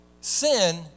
sin